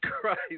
Christ